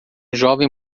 jovem